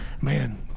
man